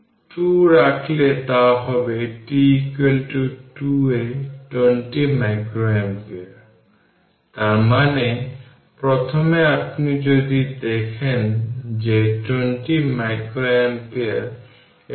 কিন্তু এটি যখন ক্যাপাসিটর সিরিজ এ পরিণত হবে ইকুইভ্যালেন্ট রেজিস্টেন্স তখন প্যারালাল রেজিস্টর খুঁজে বের করার চেষ্টা করবে ক্যাপাসিটরের সিরিজ কানেকশন হল ঠিক আপনার অপোজিট প্যারালাল রেজিস্টর যা এখানে গাণিতিকভাবে প্রাপ্ত হয়